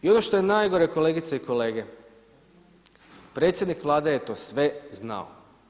I ono što je najgore, kolegice i kolege, predsjednik Vlade je to sve znao.